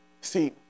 See